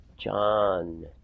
John